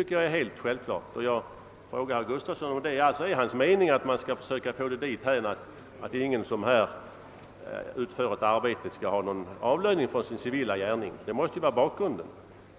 är det alltså herr Gustavssons mening att man bör försöka få det dithän, att ingen riksdagsman under riksdagstiden skall ha avlöning från sin civila gärning? Detta måste bli följden om